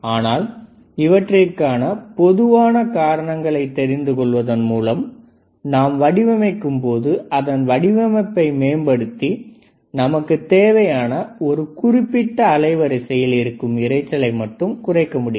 ஆனால் இவற்றிற்கான பொதுவான காரணங்களை தெரிந்து கொள்வதன் மூலம் நாம் வடிவமைக்கும்போது அதன் வடிவமைப்பை மேம்படுத்தி நமக்குத் தேவையான ஒரு குறிப்பிட்ட அலைவரிசையில் இருக்கும் இரைச்சலை மட்டும் குறைக்க முடியும்